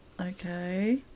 Okay